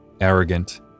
arrogant